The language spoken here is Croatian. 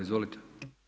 Izvolite.